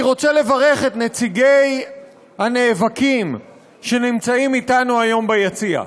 אני רוצה לברך את נציגי הנאבקים שנמצאים אתנו היום ביציע.